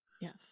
Yes